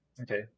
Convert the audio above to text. Okay